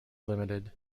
limited